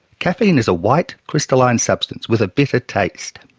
caffeine is a white, crystalline substance with a bitter taste.